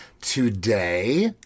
today